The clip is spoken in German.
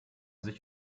sich